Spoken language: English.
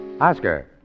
Oscar